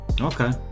Okay